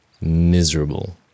miserable